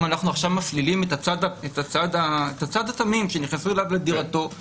אם אנחנו עכשיו מפלילים את הצד התמים שנכנסו אליו לדירתו -- כן.